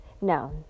no